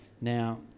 Now